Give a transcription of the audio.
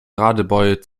radebeul